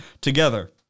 together